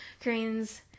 Koreans